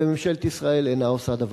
וממשלת ישראל אינה עושה דבר.